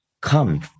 come